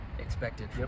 expected